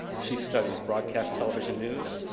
she studies broadcast television news,